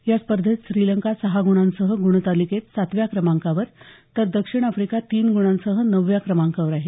या स्पर्धेत श्रीलंका सहा गुणांसह गुणतालिकेत सातव्या क्रमांकावर तर दक्षिण आफ्रिका तीन गुणांसह नवव्या क्रमांकावर आहे